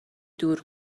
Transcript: دور